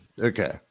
Okay